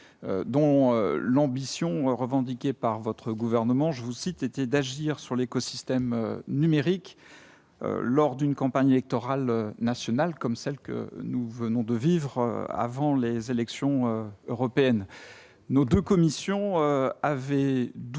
dont l'ambition revendiquée par votre gouvernement, je vous cite était d'agir sur l'écosystème numérique lors d'une campagne électorale nationale comme celle que nous venons de vivre avant les élections européennes, nos 2 commissions avait douté